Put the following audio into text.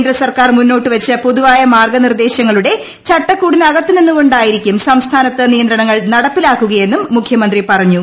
കേന്ദ്ര സർക്കാർ മുന്നോട്ടുവെച്ച പൊതുവായ മാർഗനിർദേശങ്ങളുടെ ചട്ടക്കൂടിന് അകത്തുനിന്നുകൊണ്ടായിരിക്കും സംസ്ഥാനത്ത് നിയന്ത്രണങ്ങൾ നടപ്പിലാക്കുകയെന്നും മുഖ്യമന്ത്രി പറഞ്ഞു